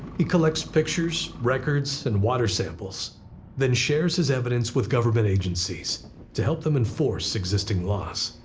he collects pictures, records, and water samples then shares his evidence with government agencies to help them enforce existing laws.